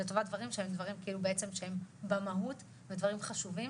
לטובת דברים שהם במהות והם דברים חשובים,